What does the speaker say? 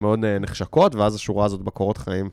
מאוד נחשקות, ואז השורה הזאת בקורות חיים.